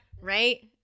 Right